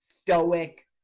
stoic